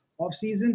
offseason